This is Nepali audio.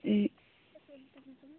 ए